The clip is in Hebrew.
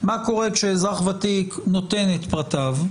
מה קורה כשאזרח ותיק נותן את פרטיו,